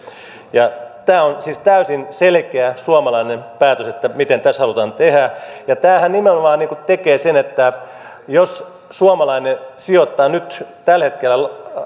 tämä on siis täysin selkeä suomalainen päätös miten tässä halutaan tehdä ja tämähän nimenomaan tekee sen että jos suomalainen sijoittaa nyt tällä hetkellä